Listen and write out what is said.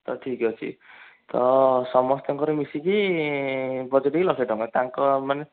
ତ ଠିକ୍ ଅଛି ତ ସମସ୍ତଙ୍କର ମିଶିକି ବଜେଟ୍ ବି ଲକ୍ଷେ ଟଙ୍କା ତାଙ୍କ ମାନେ